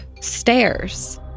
stairs